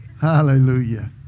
Hallelujah